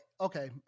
okay